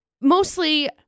mostly